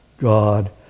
God